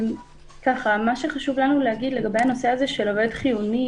מה שחשוב לנו להגיד לגבי הנושא הזה של עובד חיוני,